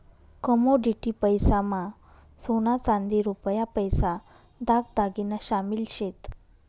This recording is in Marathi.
कमोडिटी पैसा मा सोना चांदी रुपया पैसा दाग दागिना शामिल शेत